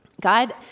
God